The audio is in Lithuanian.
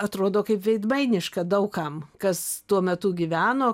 atrodo kaip veidmainiška daug kam kas tuo metu gyveno